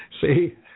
See